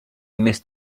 missed